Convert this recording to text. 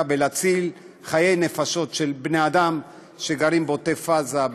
ולהציל נפשות של בני אדם שגרים בעוטף עזה,